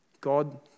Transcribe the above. God